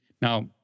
Now